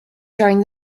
during